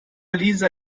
lisa